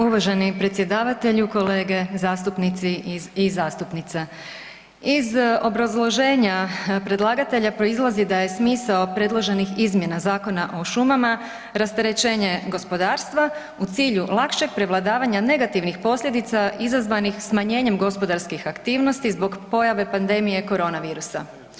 Uvaženi predsjedavatelju, kolege zastupnici i zastupnice iz obrazloženja predlagatelja proizlazi da je smisao predloženih izmjena Zakona o šumama rasterećenje gospodarstva u cilju lakšeg prevladavanja negativnih posljedica izazvanih smanjenjem gospodarskih aktivnosti zbog pojave pandemije korona virusa.